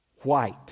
white